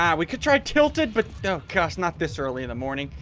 and we could try tilted but no cus not this early in the morning.